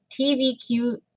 TVQ